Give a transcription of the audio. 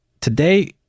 today